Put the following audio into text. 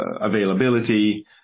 availability